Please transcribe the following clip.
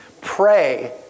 Pray